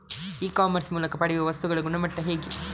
E commerce ಮೂಲಕ ಪಡೆಯುವ ವಸ್ತುಗಳ ಗುಣಮಟ್ಟ ಹೇಗೆ?